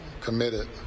committed